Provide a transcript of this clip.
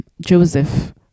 Joseph